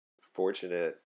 fortunate